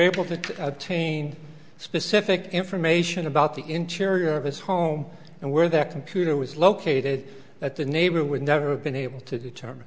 able to obtain specific information about the interior of his home and where the computer was located at the neighbor would never have been able to determine